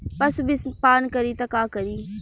पशु विषपान करी त का करी?